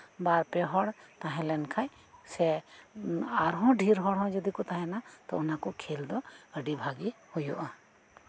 ᱵᱟᱨᱼᱯᱮ ᱦᱚᱲ ᱛᱟᱸᱦᱮ ᱞᱮᱱᱠᱷᱟᱱ ᱥᱮ ᱟᱨᱦᱚᱸ ᱰᱷᱮᱹᱨ ᱦᱚᱲ ᱡᱩᱫᱤ ᱠᱚ ᱛᱟᱸᱦᱮᱱᱟ ᱛᱚ ᱚᱱᱟ ᱠᱚ ᱠᱷᱮᱹᱞ ᱫᱚ ᱟᱹᱰᱤ ᱵᱷᱟᱹᱜᱮ ᱦᱩᱭᱩᱜᱼᱟ